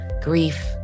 grief